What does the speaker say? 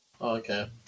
okay